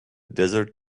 desert